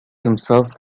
himself